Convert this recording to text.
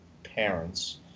parents